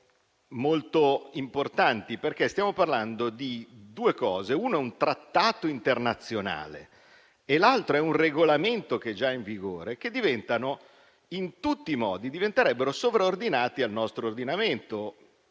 ritengo molto importanti, perché stiamo parlando di due cose - una è un trattato internazionale e l'altra è un regolamento già in vigore - che diventerebbero sovraordinati al nostro ordinamento.